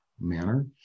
manner